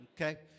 okay